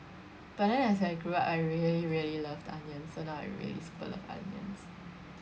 but then as I grew up I really really love the onion so now I really super love onions